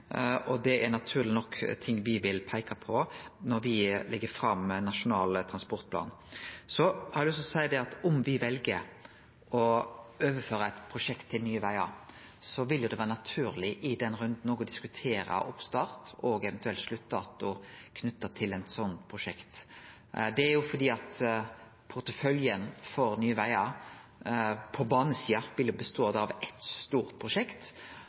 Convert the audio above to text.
og det er naturleg nok ting me vil peike på når me legg fram Nasjonal transportplan. Så har eg lyst til å seie at om me vel å overføre eit prosjekt til Nye Vegar, vil det vere naturleg i den runden òg å diskutere oppstart og ein eventuell sluttdato knytt til eit sånt prosjekt. Det er òg fordi porteføljen for Nye Vegar på banesida da ville bestå av eitt stort prosjekt,